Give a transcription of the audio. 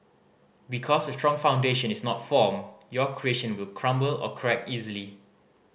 because a strong foundation is not formed your creation will crumble or crack easily